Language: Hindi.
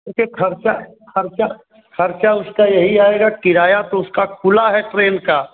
एके खर्चा खर्चा खर्चा उसका यही आएगा किराया तो उसका खुला है ट्रेन का